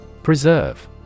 Preserve